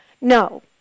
no